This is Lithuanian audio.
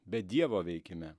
bet dievo veikime